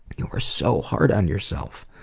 you are so hard on your self.